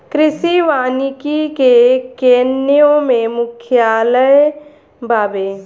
कृषि वानिकी के केन्या में मुख्यालय बावे